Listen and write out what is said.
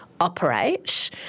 operate